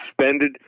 suspended